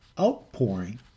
Outpouring